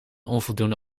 onvoldoende